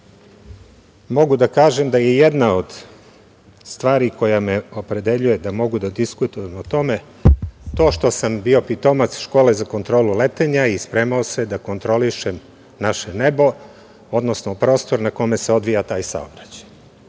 mogu da kažem da je jedna od stvari koja me opredeljuje da mogu da diskutujem o tome to što sam bio pitomac škole za kontrolu letenja i spremao se da kontrolišem naše nebo, odnosno prostor na kome se odvija taj saobraćaj.